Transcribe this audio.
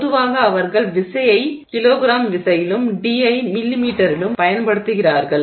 பொதுவாக அவர்கள் விசையை கிலோகிராம் விசையிலும் d ஐ மில்லிமீட்டரிலும் பயன்படுத்துகின்றார்கள்